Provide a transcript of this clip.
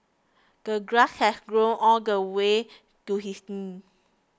the grass had grown all the way to his